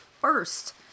first